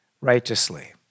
righteously